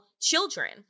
children